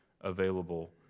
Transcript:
available